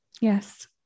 Yes